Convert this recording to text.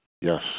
Yes